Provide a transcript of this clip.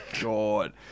God